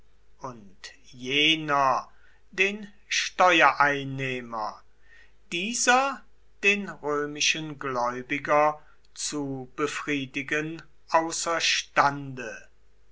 und jener den steuereinnehmer dieser den römischen gläubiger zu befriedigen